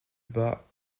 bas